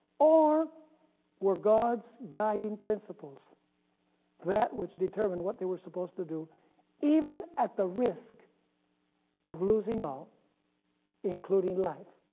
or were god's guiding principles that which determine what they were supposed to do even at the risk of losing all including life.